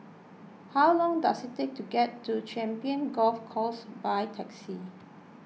how long does it take to get to Champions Golf Course by taxi